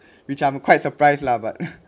which I'm quite surprised lah but